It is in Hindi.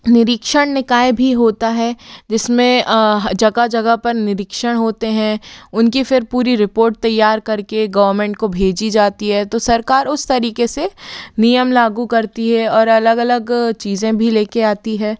निरीक्षण निकाय भी होता है जिसमें जगह जगह पर निरीक्षण होते हैं उनकी फिर पूरी रिपोर्ट तैयार करके गौरमेंट को भेजी जाती है तो सरकार उस तरीके से नियम लागू करती है और अलग अलग चीज़ें भी लेके आती है